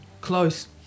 Close